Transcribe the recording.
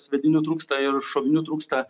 sviedinių trūksta ir šovinių trūksta